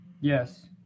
Yes